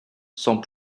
sans